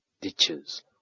ditches